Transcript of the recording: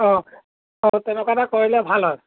অঁ অঁ তেনেকুৱা এটা কৰিলে ভাল হয়